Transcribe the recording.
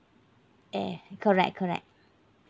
eh correct correct